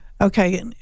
Okay